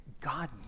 God